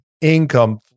income